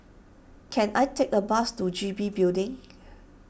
can I take a bus to G B Building